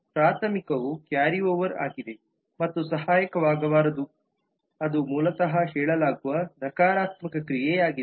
ಪ್ರಾಥಮಿಕವು carry over ಆಗಿದೆ ಮತ್ತು ಸಹಾಯಕವಾಗಬಾರದು ಅದು ಮೂಲತಃ ಹೇಳಲಾಗುವ ನಕಾರಾತ್ಮಕ ಕ್ರಿಯೆಯಾಗಿದೆ